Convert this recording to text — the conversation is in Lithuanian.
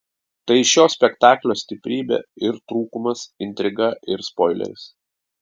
tai šio spektaklio stiprybė ir trūkumas intriga ir spoileris